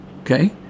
Okay